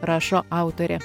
rašo autorė